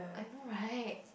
I know right